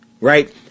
right